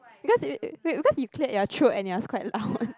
cause you you because you cleared your throat and it was quite loud